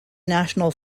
national